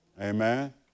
Amen